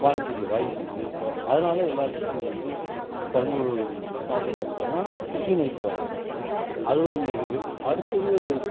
வாங்கக்கூடியே வாய்ப்பிருக்கு இப்போ அதனால் எல்லாம் சிட்டி நோக்கி பெரம்பலூர் மாவட்ட மக்களெலாம் சிட்டியை நோக்கி வர்றாங்க அது ஒரு நிகழ்வு அடுத்தது